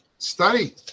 Study